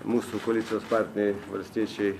mūsų koalicijos partnei valstiečiai